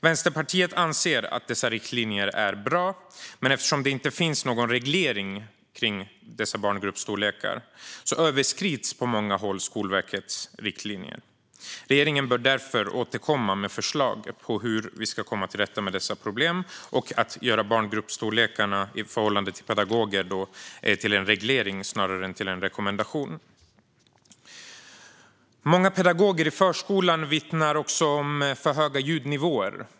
Vänsterpartiet anser att dessa riktlinjer är bra, men eftersom det inte finns någon reglering av barngruppsstorlekarna överskrids på många håll Skolverkets riktlinjer. Regeringen bör därför återkomma med förslag för att komma till rätta med dessa problem och införa en reglering av barngruppernas storlek i förhållande till antalet pedagoger i stället för att det bara ska vara en rekommendation. Många pedagoger i förskolan vittnar också om för höga ljudnivåer.